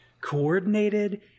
coordinated